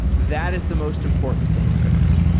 that is the most important thing in the room.